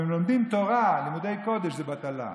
אבל אם לומדים תורה, לימודי קודש, זו בטלה.